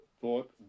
thought